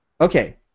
Okay